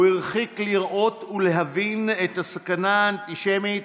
הוא הרחיק לראות ולהבין את הסכנה האנטישמית